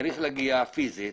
צריך להגיע פיזית